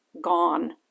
gone